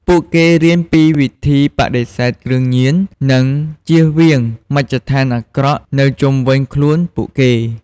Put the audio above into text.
ពួកគេរៀនពីវិធីបដិសេធគ្រឿងញៀន និងជៀសវាងមជ្ឈដ្ឋានអាក្រក់នៅជុំវិញខ្លួនពួកគេ។